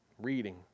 reading